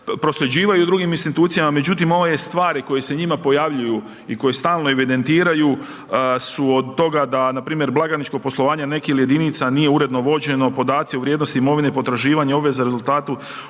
prosljeđivanju drugim institucijama. Međutim ove stvari koje se njima pojavljuju i koje stalno evidentiraju su od toga da npr. blagajničko poslovanje nekih jedinica nije uredno vođeno, podaci u vrijednosti imovine i potraživanja obveza rezultatu